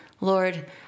Lord